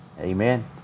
amen